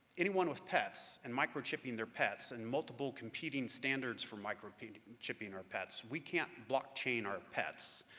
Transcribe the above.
anyone with pets and microchipping their pets and multiple competing standards for microchipping microchipping our pets, we can't blockchain our pets.